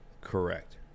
Correct